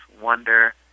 wonder